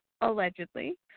allegedly